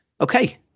Okay